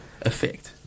effect